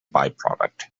byproduct